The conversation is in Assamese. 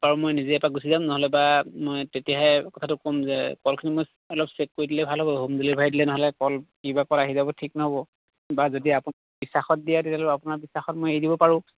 বাৰু মই নিজেই এপাক গুছি যাম নহ'লেবা মই তেতিয়াহে কথাতো ক'ম যে কলখিনি অলপ চেক কৰি ল'লে ভাল হ'ব হোম ডেলিভেৰী দিলে নহ'লে কি বা কল আহি যাব ঠিক নহ'ব বা যদি আপুনি বিশ্বাসত দিয়ে আপোনাৰ বিশ্বাসত মই এৰি দিব পাৰোঁ